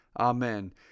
Amen